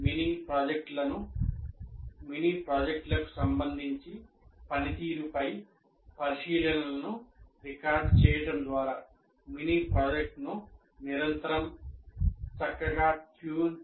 mini ప్రాజెక్టులకు సంబంధించి పనితీరుపై పరిశీలనలను రికార్డ్ చేయడం ద్వారా మినీ ప్రాజెక్ట్ను నిరంతరం చక్కగా ట్యూన్ చేయగలుగుతారు